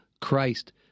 Christ